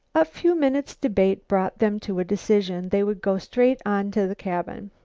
a few minutes' debate brought them to a decision. they would go straight on to the cabin.